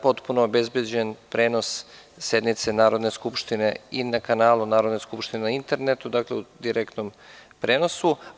Potpuno je obezbeđen prenos sednice Narodne skupštine i na kanalu Narodne skupštine i na internetu u direktnom prenosu.